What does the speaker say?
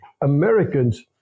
Americans